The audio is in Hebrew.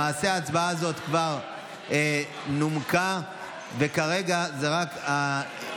למעשה, ההצעה הזאת כבר נומקה, וכרגע זו רק התשובה.